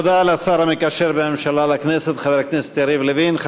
תודה לשר המקשר בין הממשלה לכנסת חבר הכנסת יריב לוין.